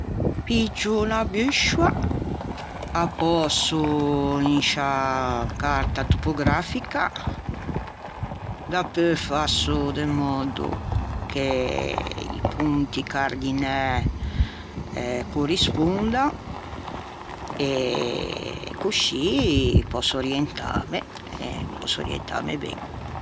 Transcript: Piggio 'na busciua a pöso in sciâ carta topografica dapeu fasso de mòddo che i ponti cardinæ corrispondan e coscì pòsso orientame, pòsso orientame ben